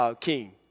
king